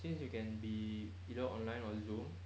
since you can be either online or zoom well you know